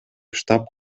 штаб